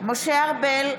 משה ארבל,